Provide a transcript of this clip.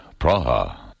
Praha